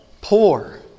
poor